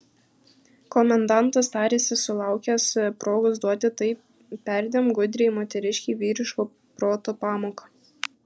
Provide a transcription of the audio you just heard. komendantas tarėsi sulaukęs progos duoti tai perdėm gudriai moteriškei vyriško proto pamoką